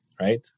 right